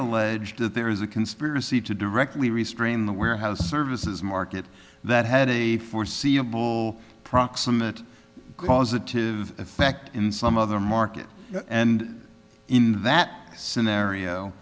that there is a conspiracy to directly restrain the warehouse services market that had a foreseeable proximate cause it to effect in some other market and in that scenario